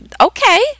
okay